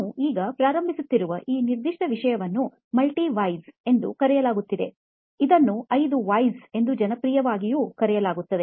ನಾವು ಈಗ ಪ್ರಾರಂಭಿಸುತ್ತಿರುವ ಈ ನಿರ್ದಿಷ್ಟ ವಿಷಯವನ್ನು ಮಲ್ಟಿ ವೈ ಎಂದು ಕರೆಯಲಾಗುತ್ತದೆ ಇದನ್ನು 5 Whys ಎಂದೂ ಜನಪ್ರಿಯವಾಗಿ ಕರೆಯಲಾಗುತ್ತದೆ